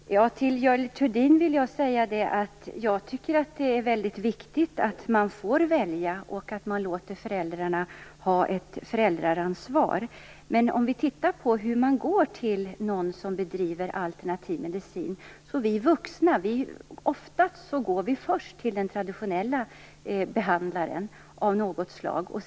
Herr talman! Till Görel Thurdin vill jag säga att jag tycker att det är mycket viktigt att man får välja och att föräldrarna får ta ett föräldraansvar. Om vi tittar på hur man går till någon som bedriver alternativ medicin kan vi se att vi vuxna oftast går till en traditionell behandlare först.